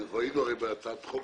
הגשתי פעם הצעת חוק